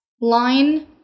line